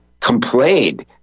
complained